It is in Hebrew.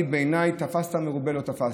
תפסת מרובה לא תפסת.